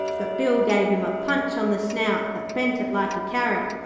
but bill gave him a punch on the snout that bent it like a carrot,